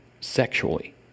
Sexually